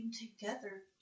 together